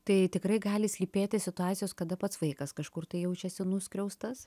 tai tikrai gali slypėti situacijos kada pats vaikas kažkur tai jaučiasi nuskriaustas